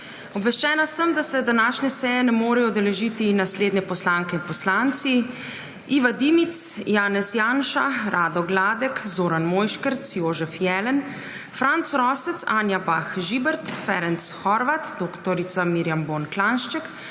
Obveščena sem, da se današnje seje ne morejo udeležiti naslednji poslanke in poslanci: Iva Dimic, Janez Janša, Rado Gladek, Zoran Mojškerc, Jožef Jelen, Franc Rosec, Anja Bah Žibert, Ferenc Horváth, dr. Mirjam Bon Klanjšček,